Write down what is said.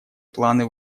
планы